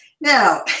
Now